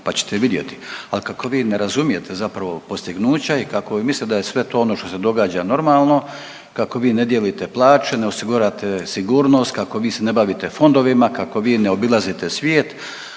pa ćete vidjeti, al kako vi ne razumijete zapravo postignuća i kako vi mislite da je sve to ono što se događa normalno, kako vi ne dijelite plaće, ne osiguravate sigurnost, kako vi se ne bavite fondovima, kako vi ne obilazite svijet